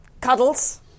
Cuddles